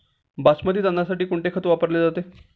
बासमती तांदळासाठी कोणते खत वापरले जाते?